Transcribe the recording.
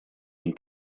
den